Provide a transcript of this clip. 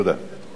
תודה, אדוני.